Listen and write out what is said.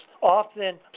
often